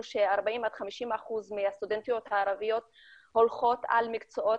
ש-40% עד 50% מהסטודנטיות הערביות הולכות על מקצועות